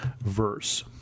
verse